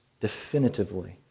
definitively